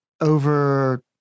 over